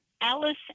Alice